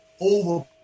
over